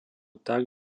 tak